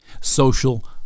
Social